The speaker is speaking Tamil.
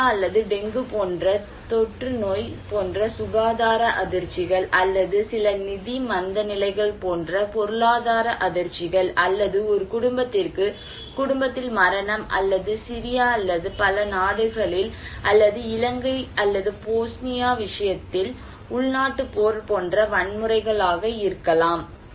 காலரா அல்லது டெங்கு போன்ற தொற்றுநோய் போன்ற சுகாதார அதிர்ச்சிகள் அல்லது சில நிதி மந்தநிலைகள் போன்ற பொருளாதார அதிர்ச்சிகள் அல்லது ஒரு குடும்பத்திற்கு குடும்பத்தில் மரணம் அல்லது சிரியா அல்லது பல நாடுகளில் அல்லது இலங்கை அல்லது போஸ்னியா விஷயத்தில் உள்நாட்டுப் போர் போன்ற வன்முறைகள் ஆக இருக்கலாம்